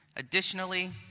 additionally,